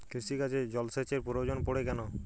কৃষিকাজে জলসেচের প্রয়োজন পড়ে কেন?